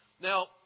Now